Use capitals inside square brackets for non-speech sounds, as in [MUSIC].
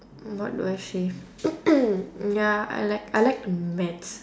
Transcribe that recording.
not really ashamed [COUGHS] ya I like I like to maths